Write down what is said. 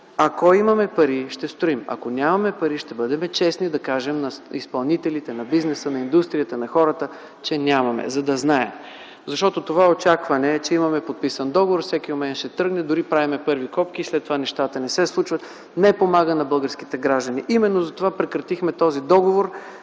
Ако имаме пари, ще строим! Ако нямаме пари, ще бъдем честни да кажем на изпълнителите, на бизнеса, на индустрията, на хората, че нямаме, за да знаят. Защото това очакване, че имаме подписан договор и всеки момент ще тръгне, дори правим първи копки, а след това нещата не се случват, не помага на българските граждани. Именно затова прекратихме този договор,